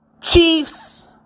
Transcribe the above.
Chiefs